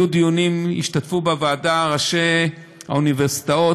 השתתפו בדיונים ראשי האוניברסיטאות,